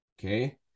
Okay